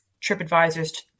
TripAdvisor's